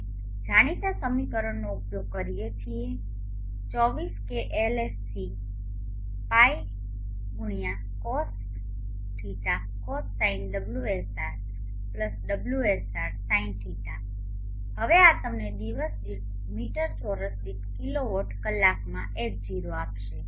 અમે જાણીતા સમીકરણનો ઉપયોગ કરીએ છીએ 24 k LSC Π X Cos ϕ Cos Sin ωsr ωsr Sin ϕ Sinϕ હવે આ તમને દિવસ દીઠ મીટર ચોરસ દીઠ કિલોવોટ કલાકમાં H0 આપશે